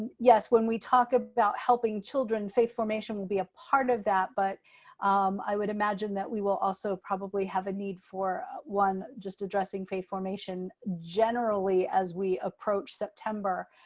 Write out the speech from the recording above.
yes, when we talk about helping children, faith formation will be a part of that, but i would imagine that we will also probably have a need for one, just addressing faith formation generally as we approach september.